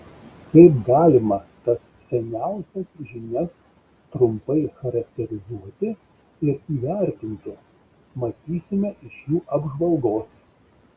kaip galima tas seniausias žinias trumpai charakterizuoti ir įvertinti matysime iš jų apžvalgos